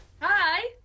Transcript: hi